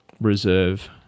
reserve